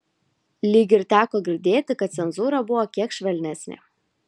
lyg ir teko girdėti kad cenzūra buvo kiek švelnesnė